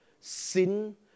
Sin